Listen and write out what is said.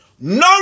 no